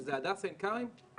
שזו הדסה עין כרם,